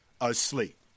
asleep